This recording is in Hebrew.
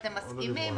אתם מסכימים,